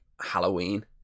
Halloween